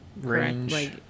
Range